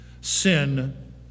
Sin